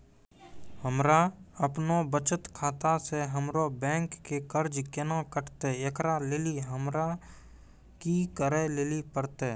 हमरा आपनौ बचत खाता से हमरौ बैंक के कर्जा केना कटतै ऐकरा लेली हमरा कि करै लेली परतै?